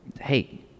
hey